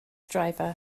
driver